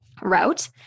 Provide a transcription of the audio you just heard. route